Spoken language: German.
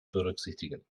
berücksichtigen